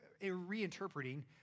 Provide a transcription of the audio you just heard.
reinterpreting